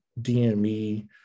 DME